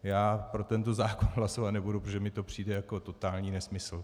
Já pro tento zákon hlasovat nebudu, protože mi to přijde jako totální nesmysl.